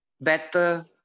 better